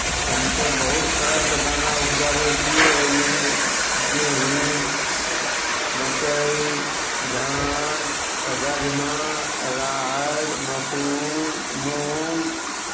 हमसभ बहुत तरहके दाना उपजाबै छी ओहिमे गेहूँ मक्कइ धान राजमा राहरि मसूर मूंग